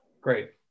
Great